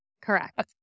Correct